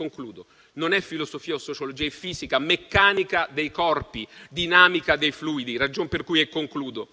Concludo. Non è filosofia o sociologia, è fisica meccanica dei corpi, dinamica dei fluidi, ragion per cui queste